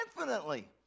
infinitely